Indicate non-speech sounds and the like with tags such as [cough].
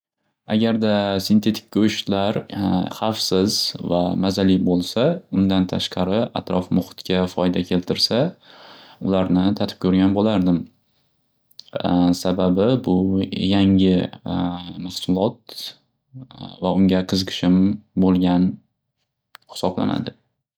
Agarda sintetik go'shtlar havfsiz va mazali bo'lsa undan tashqari atrof muxitga foyda keltirsa ularni tatib ko'rgan bo'lardim. Sababi bu yangi [hesitation] mahsulot va unga qiziqishim bo'lgan hisoblanadi.